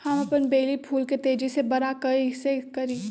हम अपन बेली फुल के तेज़ी से बरा कईसे करी?